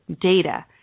data